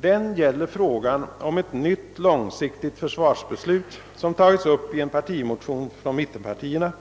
Den gäller frågan om ett nytt långsiktigt försvarsbeslut, som tagits upp i en partimotion från mittenpartierna